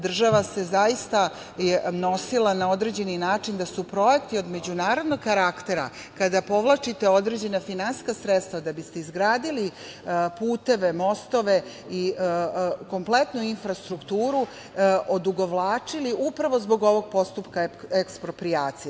Država se zaista nosila na određeni način da su projekti od međunarodnog karaktera, kada povlačite određena finansijska sredstva da biste izgradili puteve, mostove i kompletnu infrastrukturu odugovlačili upravo zbog ovog postupka eksproprijacije.